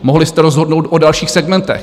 Mohli jste rozhodnout o dalších segmentech.